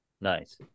Nice